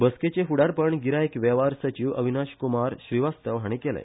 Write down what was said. बसकेचे फुडारपण गिरायक वेव्हार सचिव अविनाश क्मार श्रीवास्तव हाणी केले